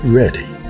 ready